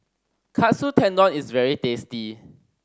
Katsu Tendon is very tasty